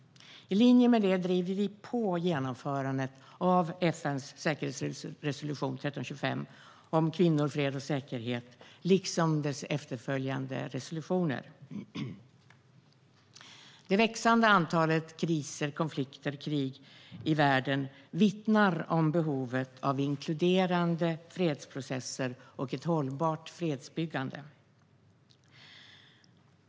I linje med det driver vi på genomförandet av FN:s säkerhetsrådsresolution 1325 om kvinnor, fred och säkerhet liksom dess efterföljande resolutioner. Det växande antalet kriser, konflikter och krig i världen vittnar om behovet av inkluderande fredsprocesser och hållbart fredsbyggande.